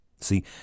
See